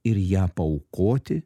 ir ją paaukoti